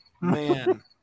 man